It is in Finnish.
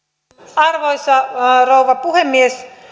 arvoisa rouva puhemies